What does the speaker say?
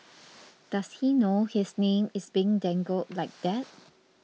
does he know his name is being dangled like that